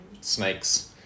snakes